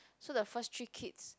so the first three kids